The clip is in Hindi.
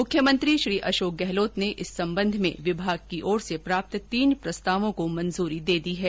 मुख्यमंत्री श्री अशोक गहलोत ने इस सम्बन्ध में विभाग की ओर से प्राप्त तीन प्रस्तावों को मंजूरी दे दी है